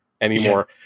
anymore